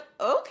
okay